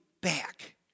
back